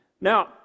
Now